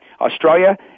Australia